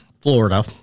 Florida